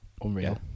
Unreal